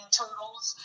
totals